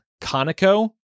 Conoco